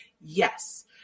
Yes